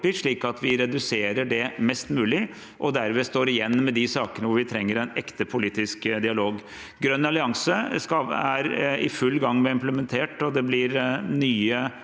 slik at vi reduserer det mest mulig og derved står igjen med de sakene hvor vi trenger en ekte politisk dialog. Grønn allianse er i full gang med å bli implementert, og det blir nye